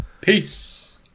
Peace